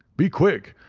be quick.